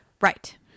Right